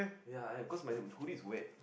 ya I because my hoodie is wet